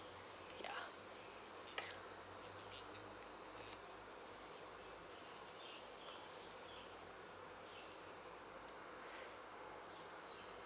ya